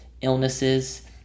illnesses